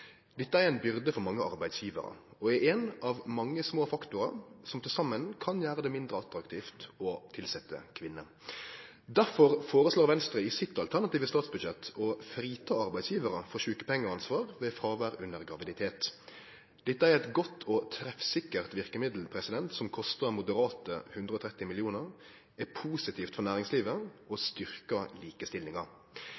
Dette er ei byrde for mange arbeidsgjevarar og er ein av mange små faktorar som til saman kan gjere det mindre attraktivt å tilsetje kvinner. Derfor foreslår Venstre i sitt alternative statsbudsjett å frita arbeidsgjevarar for sjukepengeansvar ved fråvær under graviditet. Dette er eit godt og treffsikkert verkemiddel, som kostar moderate 130 mill. kr, det er positivt for næringslivet